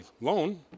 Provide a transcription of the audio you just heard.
loan